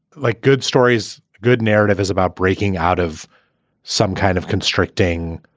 like good stories, good narrative is about breaking out of some kind of constricting,